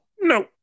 No